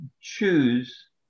choose